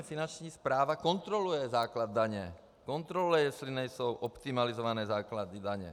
Finanční správa kontroluje základ daně, kontroluje, jestli nejsou optimalizované základy daně.